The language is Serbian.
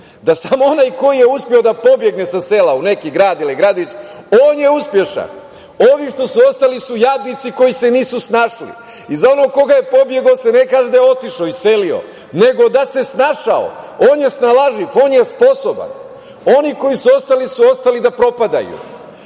da samo onaj ko je uspeo da pobegne sa sela u neki grad ili gradić, on je uspešan. Ovi što su ostali su jadnici koji se nisu snašli, a za onoga ko je pobegao, ne kaže se da je otišao, iselio, nego da se snašao. On je snalažljiv, on je sposoban, a oni koji su ostali, ostali su da propadaju. Dakle,